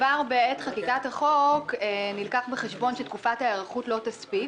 כבר בעת חקיקת החוק נלקח בחשבון שתקופת ההיערכות לא תספיק